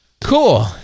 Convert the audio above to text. Cool